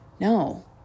No